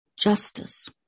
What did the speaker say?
Justice